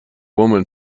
woman